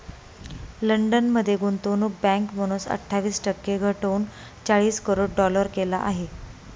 London मध्ये गुंतवणूक bank bonus अठ्ठावीस टक्के घटवून चाळीस करोड डॉलर केला आहे